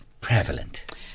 prevalent